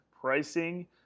pricing